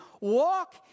Walk